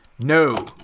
No